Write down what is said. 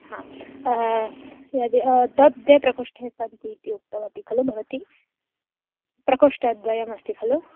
हा यद् तद् द्वे प्रकोष्ठे सन्ति इति उक्तवती खलु भवती प्रकोष्ठद्वयमस्ति खलु